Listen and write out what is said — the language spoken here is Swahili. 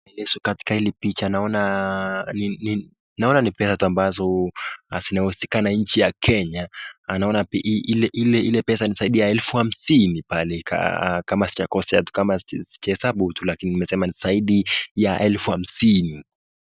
Ah katika hili picha naona ni naona ni pesa tu ambazo hazina uhusika na nchi ya Kenya. naona hii ile ile pesa ni zaidi ya elfu hamsini pale kama sijakosea tu kama sijahesabu tu lakini nimesema ni zaidi ya elfu hamsini.